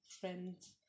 friends